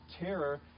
terror